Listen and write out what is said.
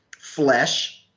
flesh